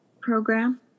program